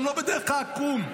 גם לא בדרך העקום.